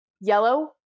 yellow